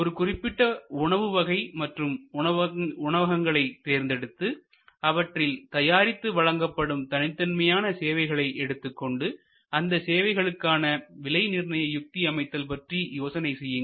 ஒரு குறிப்பிட்ட உணவு வகை மற்றும் உணவகங்களை தேர்ந்தெடுத்து அவற்றில் தயாரித்து வழங்கப்படும் தனித்தன்மையான சேவைகளை எடுத்துக்கொண்டு அந்த சேவைகளுக்கான விலை நிர்ணய யுக்தி அமைத்தல் பற்றி யோசனை செய்யுங்கள்